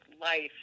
life